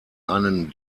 einen